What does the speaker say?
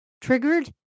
triggered